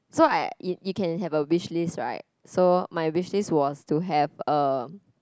so I if you can have a wish list right so my wish list was to have a